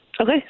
Okay